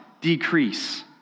decrease